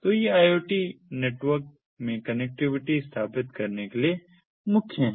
तो ये IoT network में कनेक्टिविटी स्थापित करने के लिए मुख्य हैं